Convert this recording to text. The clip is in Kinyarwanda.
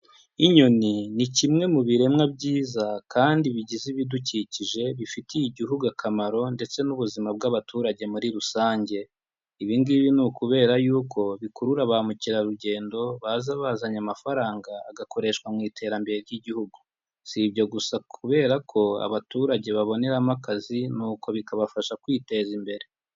Inyoni ni kimwe mu biremwa byiza kandi bigize ibidukikije bifitiye igihugu akamaro ndetse n'ubuzima bw'abaturage muri rusange, ibi ngibi ni ukubera yuko bikurura ba mukerarugendo, baza bazanye amafaranga agakoreshwa mu iterambere ry'igihugu, si ibyo gusa kubera ko abaturage baboneramo akazi nuko bikabafasha kwiteza imbere.